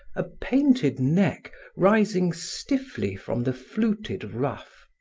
a painted neck rising stiffly from the fluted ruff.